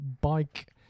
bike